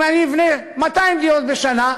אם אני אבנה 200 דירות בשנה,